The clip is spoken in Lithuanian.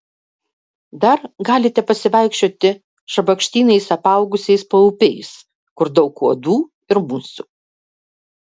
dar galite pasivaikščioti šabakštynais apaugusiais paupiais kur daug uodų ir musių